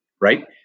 right